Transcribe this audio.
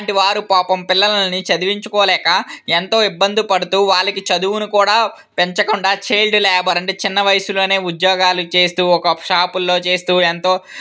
అలాంటి వారు పాపం పిల్లల్ని చదివించుకోలేక ఎంతో ఇబ్బంది పడుతు వాళ్ళకి చదువును కూడా పెంచకుండా చైల్డ్ లేబర్ అంటే చిన్న వయసులోనే ఉద్యోగాలు చేస్తు ఒక షాపులలో చేస్తు ఎంతో